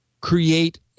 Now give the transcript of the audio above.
create